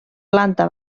planta